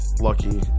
lucky